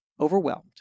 overwhelmed